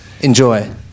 Enjoy